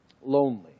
lonely